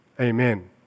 Amen